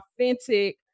authentic